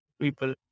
people